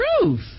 Truth